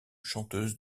chanteuse